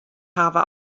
hawwe